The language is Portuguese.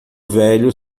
velho